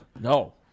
No